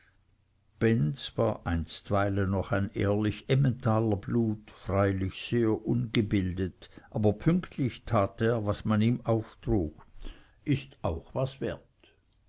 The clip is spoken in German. benz war einstweilen noch ein ehrlich emmentalerblut freilich sehr ungebildet aber pünktlich tat er was man ihm auftrug ist auch was wert